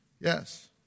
Yes